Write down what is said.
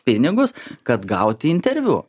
pinigus kad gauti interviu